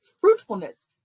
fruitfulness